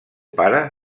pare